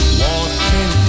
walking